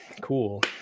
Cool